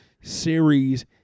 series